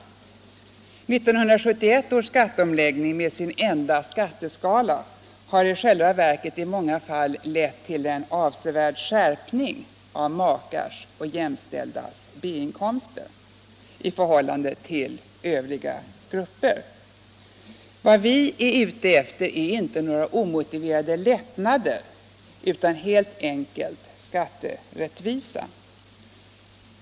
1971 års skatteomläggning med sin enda skatteskala har i själva verket i många fall lett till en avsevärd skärpning av makars och jämställdas B-inkomstbeskattning i förhållande till övriga gruppers. Vad vi är ute efter är inte några omotiverade lättnader utan helt enkelt skatterättvisa.